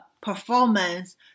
performance